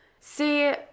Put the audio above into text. See